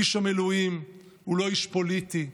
איש המילואים הוא לא איש פוליטי.